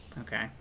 Okay